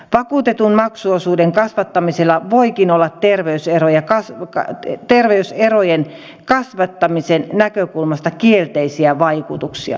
vakuutetun maksuosuuden kasvattamisella voikin olla terveyserojen kasvattamisen näkökulmasta kielteisiä vaikutuksia